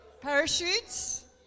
Parachutes